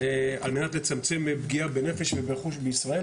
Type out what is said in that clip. על מנת לצמצם פגיעה בנפש וברכוש בישראל.